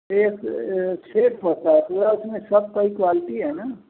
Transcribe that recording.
एक सेट होता है पूरा उसमें सब कोई क्वालिटी है ना